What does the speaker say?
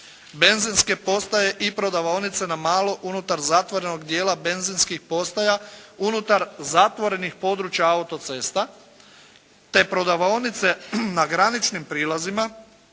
benzinske postaje i prodavaonice na malo unutar zatvorenog dijela benzinskih postaja unutar zatvorenih područja autocesta te prodavaonice na graničnim prilazima